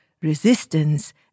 resistance